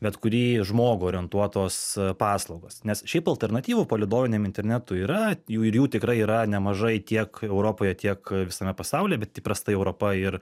bet kurį žmogų orientuotos paslaugos nes šiaip alternatyvų palydoviniam internetui yra jų ir jų tikrai yra nemažai tiek europoje tiek visame pasaulyje bet įprastai europa ir